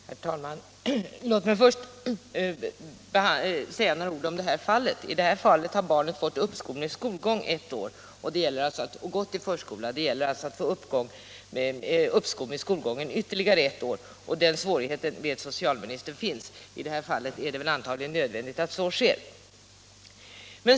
Herr talman! Låt mig först säga några ord om det fall som jag tidigare berörde. Detta barn har fått uppskov med skolgången ett år och har gått i förskola. Det gäller alltså nu att få uppskov med skolgången ytterligare ett år. Socialministern vet att där finns det en svårighet. I detta fall är det antagligen nödvändigt att så sker.